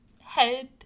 head